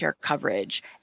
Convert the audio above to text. coverage